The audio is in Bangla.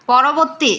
পরবর্তী